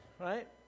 right